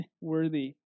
worthy